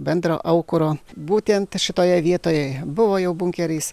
bendro aukuro būtent šitoje vietoje buvo jau bunkeris